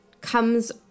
comes